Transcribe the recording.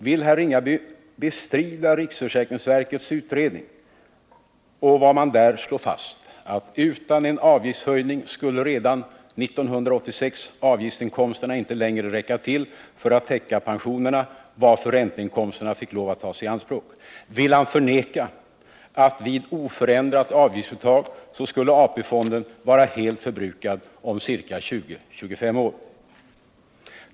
Vill herr Ringaby bestrida vad som i riksförsäkringsverkets utredning slås fast, nämligen att avgiftsinkomsterna utan en avgiftshöjning redan 1986 inte längre skulle räcka till för att täcka pensionerna utan att ränteinkomsterna skulle få tas i anspråk? Vill herr Ringaby förneka att AP-fonden vid oförändrat avgiftsuttag skulle vara helt förbrukad om ca 20-25 år?